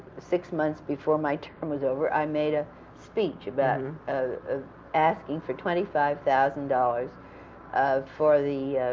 six months before my term was over i made a speech about and ah asking for twenty five thousand dollars um for the